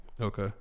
Okay